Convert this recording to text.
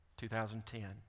2010